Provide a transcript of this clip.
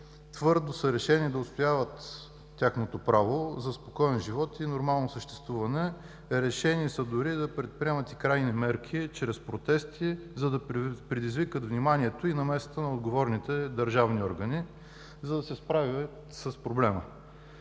Твърдо са решени да отстояват тяхното право на спокоен живот и нормално съществуване. Решени са дори да предприемат и крайни мерки чрез протести, за да предизвикат вниманието и намесата на отговорните държавни органи, за да се справят с проблема.